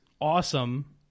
Awesome